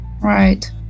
right